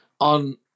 on